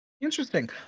interesting